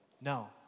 no